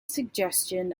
suggestion